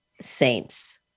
saints